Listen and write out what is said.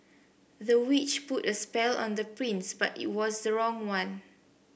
the witch put a spell on the prince but it was the wrong one